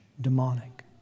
demonic